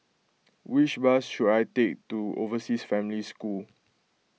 which bus should I take to Overseas Family School